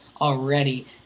already